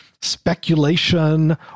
speculation